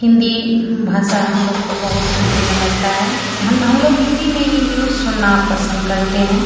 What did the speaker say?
हिन्दी भाषा हम लोग को बहुत ही प्रिय लगता है कि हम हम लोग हिन्दी में ही न्यूज़ सुनना पसन्द करते हैं